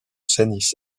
cenis